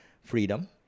freedom